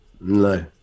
No